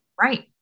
Right